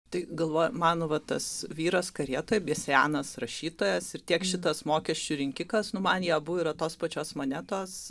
tai galvoju man va tas vyras karietoj senas rašytojas ir tiek šitas mokesčių rinkikas nu man jie abu yra tos pačios monetos